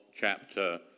chapter